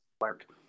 work